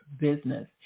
business